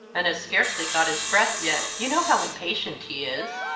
and has scarcely got his breath yet. you know how impatient he is.